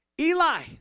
Eli